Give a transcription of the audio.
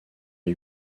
les